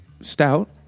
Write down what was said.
stout